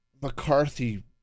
McCarthy